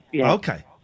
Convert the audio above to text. Okay